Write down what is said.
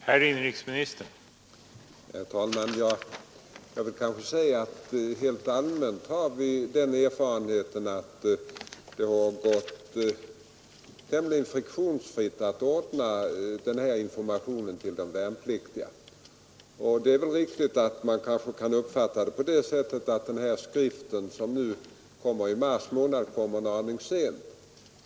Herr talman! Helt allmänt har vi den erfarenheten att denna informationsverksamhet bland de värnpliktiga har kunnat anordnas tämligen friktionsfritt. Det kan naturligtvis göras gällande att den här skriften som nu utkommer i mars månad kommer en aning sent.